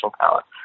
talent